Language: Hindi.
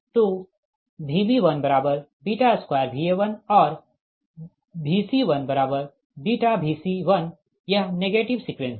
तो Vb12Va1 और Vc1βVc1 यह नेगेटिव सीक्वेंस है